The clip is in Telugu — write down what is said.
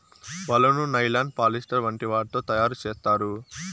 వలను నైలాన్, పాలిస్టర్ వంటి వాటితో తయారు చేత్తారు